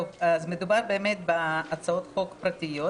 מדובר בהצעות חוק פרטיות,